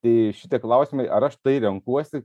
tai šitie klausimai ar aš tai renkuosi